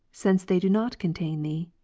since they do not contain thee?